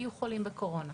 יהיו חולים בקורונה,